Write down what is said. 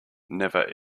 never